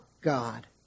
God